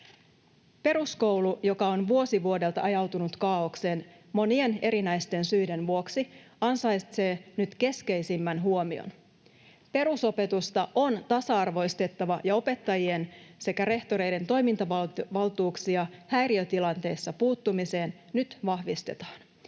Peruskoulu, joka on vuosi vuodelta ajautunut kaaokseen monien erinäisten syiden vuoksi, ansaitsee nyt keskeisimmän huomion. Perusopetusta on tasa-arvoistettava, ja opettajien sekä rehtoreiden toimintavaltuuksia häiriötilanteissa puuttumiseen nyt vahvistetaan.